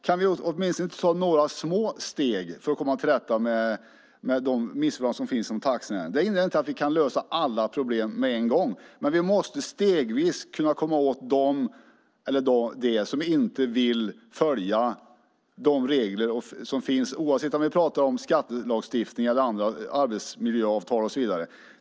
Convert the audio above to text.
Kan vi åtminstone inte ta några små steg för att komma till rätta med de missförhållanden som finns inom taxinäringen? Det innebär inte att vi kan lösa alla problem med en gång, men vi måste stegvis kunna komma åt dem som inte vill följa de regler som finns, oavsett om vi pratar om skattelagstiftning eller arbetsmiljöavtal och så vidare.